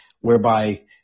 whereby